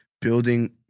building